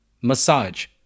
massage